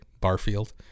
Barfield